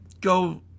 Go